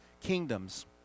kingdoms